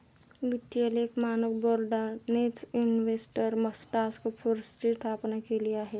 वित्तीय लेख मानक बोर्डानेच इन्व्हेस्टर टास्क फोर्सची स्थापना केलेली आहे